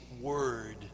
word